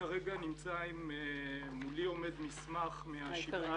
מולי מונח מסמך מה-17